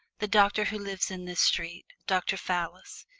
the doctor who lives in this street dr. fallis.